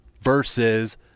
versus